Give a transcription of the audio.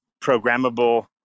programmable